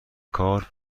کار